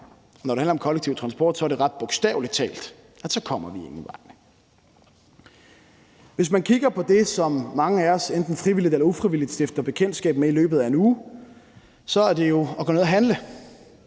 når det handler om kollektiv transport, er det ment ret bogstaveligt, at vi ingen vegne kommer. Hvis man kigger på det, som mange af os enten frivilligt eller ufrivilligt stifter bekendtskab med i løbet af en uge, så er det jo at gå ned og handle.